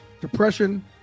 depression